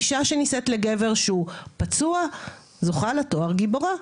אישה שנישאת לגבר שהוא פצוע זוכה לתואר גיבורה.